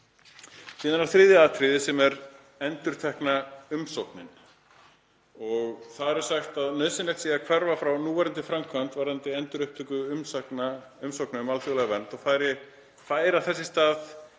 Síðan er það þriðja atriðið sem er endurtekna umsóknin. Þar er sagt að nauðsynlegt sé að hverfa frá núverandi framkvæmd varðandi endurupptöku umsókna um alþjóðlega vernd og færa þess í stað